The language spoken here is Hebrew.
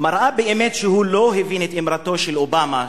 מראה באמת שהוא לא הבין את אמרתו של אובמה,